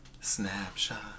Snapshot